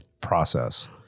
process